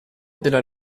della